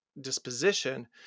disposition